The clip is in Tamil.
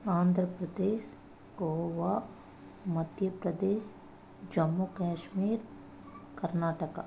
ஆந்திர பிரதேஷ் கோவா மத்திய பிரதேஷ் ஜம்மு காஷ்மீர் கர்நாடகா